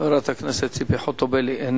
חברת הכנסת ציפי חוטובלי, איננה.